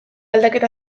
aldaketa